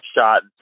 shot